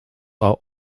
are